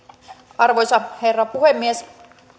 arvoisa herra puhemies